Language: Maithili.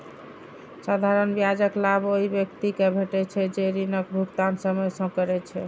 साधारण ब्याजक लाभ ओइ व्यक्ति कें भेटै छै, जे ऋणक भुगतान समय सं करै छै